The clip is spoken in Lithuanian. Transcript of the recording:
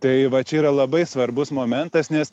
tai va čia yra labai svarbus momentas nes